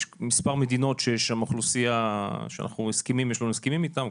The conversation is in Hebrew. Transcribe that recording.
מספר מדינות שיש שם אוכלוסייה שיש לנו הסכמים איתם,